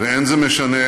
ואין זה משנה,